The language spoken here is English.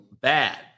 bad